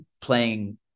playing